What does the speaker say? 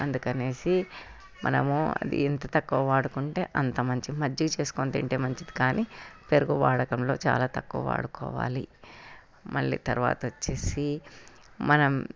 అందుకని మనము అది ఎంత తక్కువ వాడుకుంటే అంత మంచి మజ్జిగ చేసుకుని తింటే మంచిది కానీ పెరుగు వాడకంలో చాలా తక్కువ వాడుకోవాలి మళ్ళీ తర్వాత వచ్చి మనం